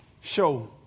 show